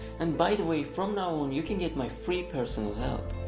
and by the way, from now on, you can get my free personal help.